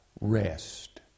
rest